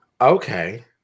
Okay